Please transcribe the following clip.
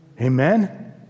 Amen